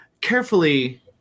carefully